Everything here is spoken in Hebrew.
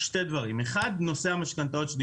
שני דברים: ראשית, נושא הזכאות למשכנתאות.